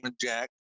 jack